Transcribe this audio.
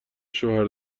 شوهر